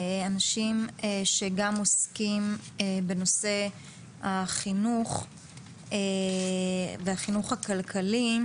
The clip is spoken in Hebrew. אנשים שגם עוסקים בנושא החינוך והחינוך הכלכלי.